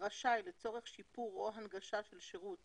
רשאי לצורך שיפור או הנגשה של שירות